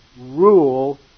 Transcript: rule